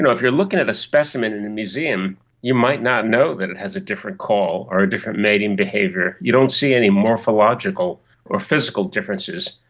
if you are looking at a specimen in a museum you might not know that it has a different call or a different mating behaviour. you don't see any morphological or physical differences,